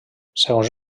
segons